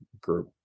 group